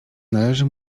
należy